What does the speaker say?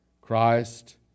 Christ